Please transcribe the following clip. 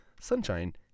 Sunshine